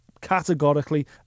categorically